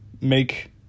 make